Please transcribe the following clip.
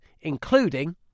including